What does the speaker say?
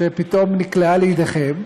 שפתאום נקלעה לידיכם,